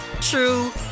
true